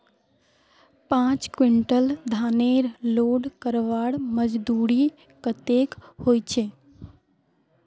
पाँच कुंटल धानेर लोड करवार मजदूरी कतेक होचए?